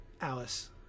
Alice